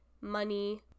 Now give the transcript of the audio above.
money